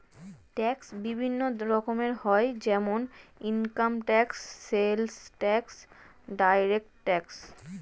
tax বিভিন্ন রকমের হয় যেমন income tax, sales tax, direct tax